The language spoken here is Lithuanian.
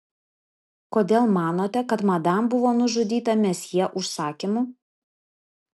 kodėl manote kad madam buvo nužudyta mesjė užsakymu